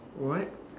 what